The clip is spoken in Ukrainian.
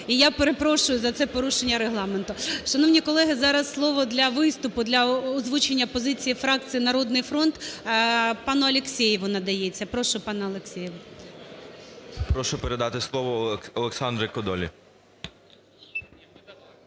І я перепрошую за це порушення регламенту. Шановні колеги! Зараз слово для виступу, для озвучення позиції фракції "Народний фронт" пану Алексєєву надається. Прошу, пане Алексєєв. 10:45:32 АЛЕКСЄЄВ І.С. Прошу передати слово Олександру Кодолі.